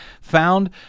found